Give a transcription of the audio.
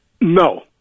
No